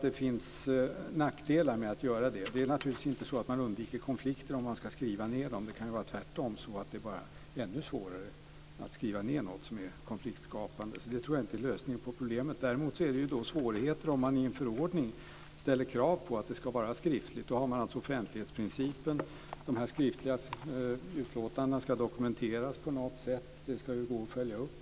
Det finns nackdelar med skriftlig information. Det är naturligtvis inte så att man undviker konflikter om man ska skriva ned dem. Det kan ju vara tvärtom, att det är ännu svårare att skriva ned något som är konfliktskapande. Det tror jag därför inte är lösningen på problemet. Däremot är det ju svårigheter om man i en förordning ställer krav på att det ska vara skriftligt. Då har man alltså offentlighetsprincipen. De skriftliga utlåtandena ska dokumenteras på något sätt. De ska gå att följa upp.